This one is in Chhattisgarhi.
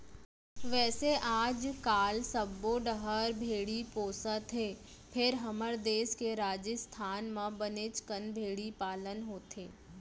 वैसे आजकाल सब्बो डहर भेड़ी पोसत हें फेर हमर देस के राजिस्थान म बनेच कन भेड़ी पालन होथे